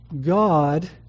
God